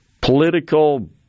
political